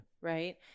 Right